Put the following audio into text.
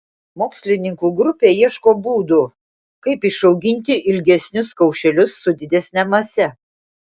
mokslininkų grupė ieško būdų kaip išauginti ilgesnius kaušelius su didesne mase